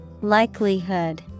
Likelihood